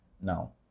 Now